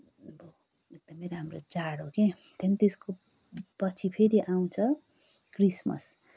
एकदमै राम्रो चाड हो के त्यहाँदेखि त्यसको पछि फेरि आउँछ क्रिसमस